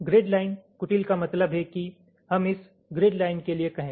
grid line कुटिल का मतलब है कि हम इस ग्रिड के लिए कहें